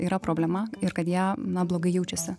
yra problema ir kad jie na blogai jaučiasi